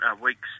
weeks